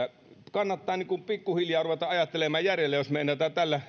kannattaa niin kuin pikkuhiljaa ruveta ajattelemaan järjellä jos meinataan